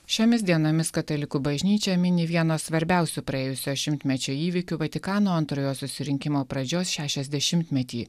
šiomis dienomis katalikų bažnyčia mini vieno svarbiausių praėjusio šimtmečio įvykių vatikano antrojo susirinkimo pradžios šešiasdešimtmetį